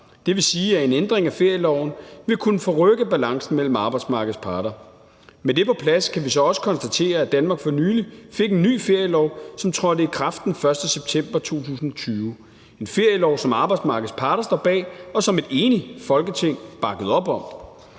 Det vil sige, at en ændring af ferieloven ville kunne forrykke balancen mellem arbejdsmarkedets parter. Med det på plads kan vi så også konstatere, at Danmark for nylig fik en ny ferielov, som trådte i kraft den 1. september 2020; en ferielov, som arbejdsmarkedets parter står bag, og som et enigt Folketing bakkede op om.